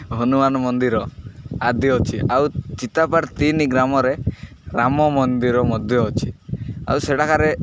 ହନୁମାନ ମନ୍ଦିର ଆଦି ଅଛି ଆଉ ଚିତାପାଟ ତିନି ଗ୍ରାମରେ ରାମ ମନ୍ଦିର ମଧ୍ୟ ଅଛି ଆଉ ସେଠାକାରେ